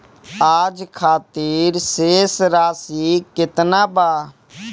आज खातिर शेष राशि केतना बा?